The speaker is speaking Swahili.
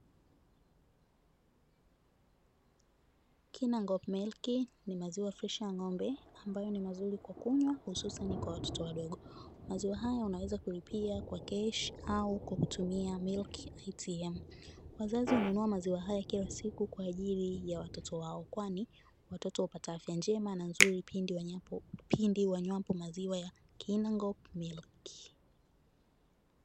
"Kinangop Milk", ni maziwa freshi ya ng'ombe ambayo ni mazuri kwa kunywa, hususani kwa watoto wadogo; maziwa haya unaweza kulipia kwa keshi au kwa kutumia "Milk ATM". Wazazi hununua maziwa haya kila siku kwa ajili ya watoto wao, kwani watoto wapata afya njema na nzuri pindi wanywapo maziwa ya "kinangop Milk".